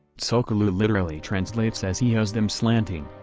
tsul'kalu' literally translates as he has them slanting.